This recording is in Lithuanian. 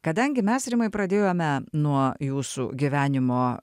kadangi mes rimai pradėjome nuo jūsų gyvenimo